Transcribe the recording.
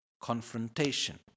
confrontation